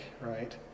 right